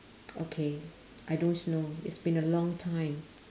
okay I don't know it's been a long time